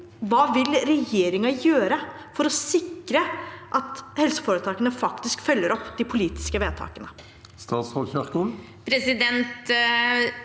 hva vil regjeringen gjøre for å sikre at helseforetakene faktisk følger opp de politiske vedtakene? Statsråd Ingvild Kjerkol